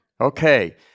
Okay